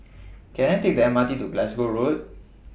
Can I Take The M R T to Glasgow Road